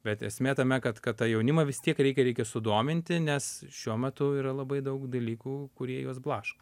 bet esmė tame kad kad tą jaunimą vis tiek reikia reikia sudominti nes šiuo metu yra labai daug dalykų kurie juos blaško